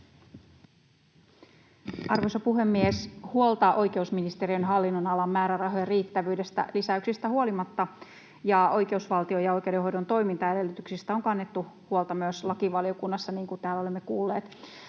on kannettu huolta oikeusministeriön hallinnonalan määrärahojen riittävyydestä, lisäyksistä huolimatta, ja oikeusvaltion ja oikeudenhoidon toimintaedellytyksistä, niin kuin täällä olemme kuulleet.